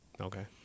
Okay